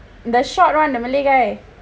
the short [one] the malay guy